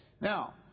Now